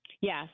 Yes